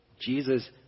Jesus